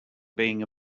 being